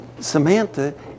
Samantha